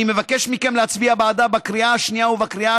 אני מבקש מכם להצביע בעדה בקריאה השנייה ובקריאה